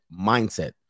mindset